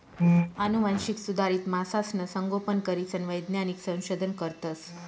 आनुवांशिक सुधारित मासासनं संगोपन करीसन वैज्ञानिक संशोधन करतस